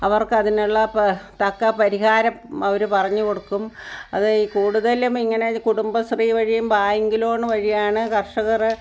അവർക്ക് അതിനുള്ള പ തക്ക പരിഹാരം അവർ പറഞ്ഞ് കൊടുക്കും അത് ഈ കൂടുതലും ഇങ്ങനെ കുടുംബശ്രീ വഴിയും ബാങ്ക് ലോൺ വഴിയാണ് കർഷകർ